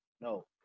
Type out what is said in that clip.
No